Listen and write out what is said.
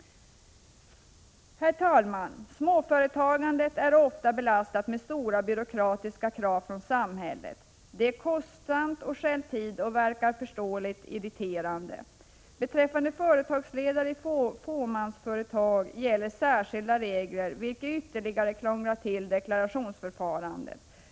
Herr talman! Småföretagandet är ofta belastat med stora byråkratiska krav från samhället. Det är kostsamt och stjäl tid och väcker förståelig irritation. Beträffande företagsledare i fåmansföretag gäller särskilda regler, vilket ytterligare krånglar till deklarationsförfarandet.